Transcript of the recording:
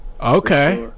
Okay